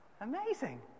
Amazing